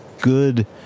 good